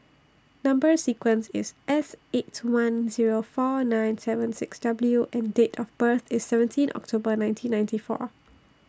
Number sequence IS S eight one Zero four nine seven six W and Date of birth IS seventeen October nineteen ninety four